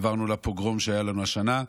עברנו לפוגרום שהיה לנו השנה,